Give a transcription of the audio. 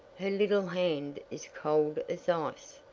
her little hand is cold as ice,